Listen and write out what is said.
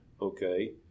okay